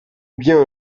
bien